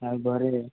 ଆଉ ଘରେ